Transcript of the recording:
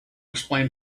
explain